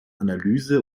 analyse